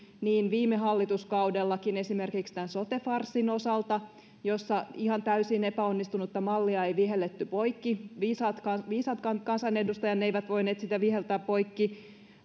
viime hallituskaudellakin esimerkiksi tämän sote farssin osalta jossa ihan täysin epäonnistunutta mallia ei vihelletty poikki viisaatkaan viisaatkaan kansanedustajanne eivät voineet sitä viheltää poikki